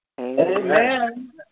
Amen